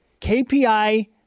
KPI